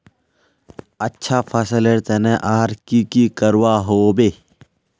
अच्छा फसलेर तने आर की की करवा होबे?